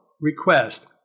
request